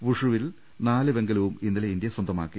വുഷുവിൽ നാല് വെങ്ക ലവും ഇന്നലെ ഇന്ത്യ സ്വന്തമാക്കി